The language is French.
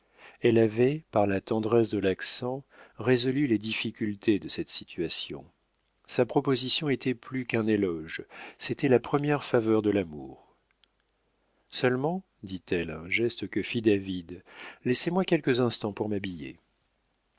elle avait par la tendresse de l'accent résolu les difficultés de cette situation sa proposition était plus qu'un éloge c'était la première faveur de l'amour seulement dit-elle à un geste que fit david laissez-moi quelques instants pour m'habiller